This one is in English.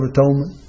Atonement